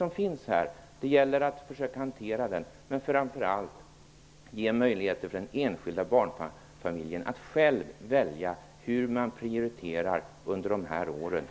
Det finns en konflikt här, och det gäller att försöka hantera den. Framför allt gäller det att ge möjligheter för den enskilda barnfamiljen att själv välja hur man prioriterar under de här åren